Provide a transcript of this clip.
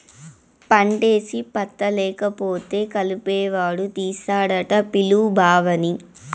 పంటేసి పత్తా లేకపోతే కలుపెవడు తీస్తాడట పిలు బావని